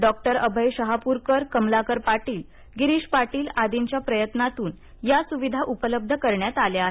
doctor Abhay Shahapurkar Kamalakar Patil Girish Patil आदींच्या प्रयत्नातून या सुविधा उपलब्ध करण्यात आल्या आहेत